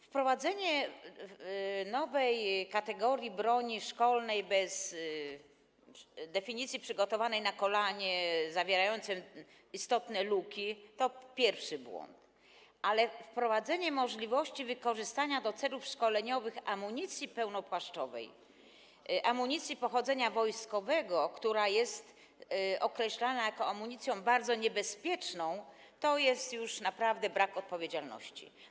Wprowadzenie nowej kategorii broni szkolnej, definicji przygotowanej na kolanie, zawierającej istotne luki, to pierwszy błąd, ale wprowadzenie możliwości wykorzystania do celów szkoleniowych amunicji pełnopłaszczowej, amunicji pochodzenia wojskowego, która jest określana jako amunicja bardzo niebezpieczna, to jest już naprawdę brak odpowiedzialności.